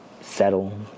settle